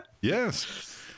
Yes